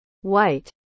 White